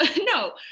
no